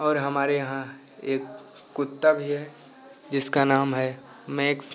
और हमारे यहाँ एक कुत्ता भी है जिसका नाम है मैक्स